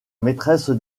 maîtresse